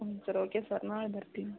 ಹ್ಞೂ sir okay sir ನಾಳೆ ಬರ್ತೀನಿ